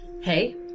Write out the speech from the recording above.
Hey